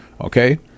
Okay